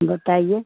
बताइए